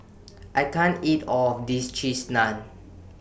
I can't eat All of This Cheese Naan